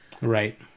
Right